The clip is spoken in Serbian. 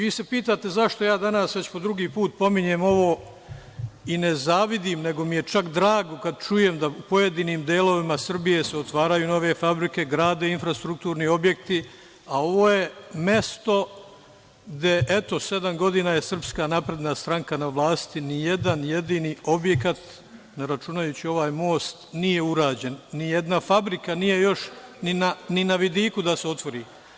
Vi se pitate zašto ja danas već drugi put pominjem ovo i ne zavidim nego mi je čak drago kada čujem da u pojedinim delovima Srbije se otvaraju nove fabrike, grade infrastrukturni objekti, a ovo je mesto gde je sedam godina SNS na vlasti, ni jedan jedini objekat, ne računajući ovaj most, nije urađen, ni jedna fabrika nije još ni na vidiku da se otvori.